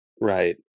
Right